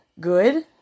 good